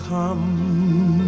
come